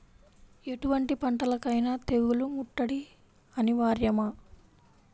ఎటువంటి పంటలకైన తెగులు ముట్టడి అనివార్యమా?